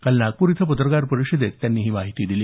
काल नागपूर इथं पत्रकार परिषदेत त्यांनी ही माहिती दिली